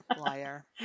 Liar